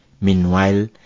Meanwhile